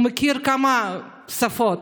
הוא יודע כמה שפות,